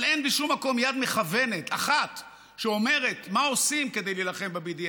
אבל אין בשום מקום יד מכוונת אחת שאומרת מה עושים כדי להילחם ב-BDS